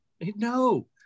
No